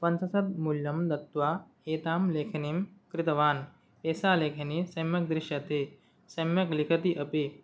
पञ्चाशत् मूल्यं दत्वा एतां लेखनीं क्रीतवान् एषा लेखनी सम्यक् दृश्यते सम्यक् लिखति अपि